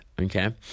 okay